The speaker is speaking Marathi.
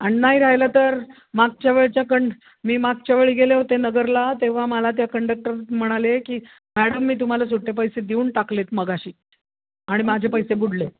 आणि नाही राहिलं तर मागच्या वेळेच्या कं मी मागच्या वेळी गेले होते नगरला तेव्हा मला त्या कंडक्टर म्हणाले की मॅडम मी तुम्हाला सुटे पैसे देऊन टाकले आहेत मघाशी आणि माझे पैसे बुडले